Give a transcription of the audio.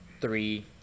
three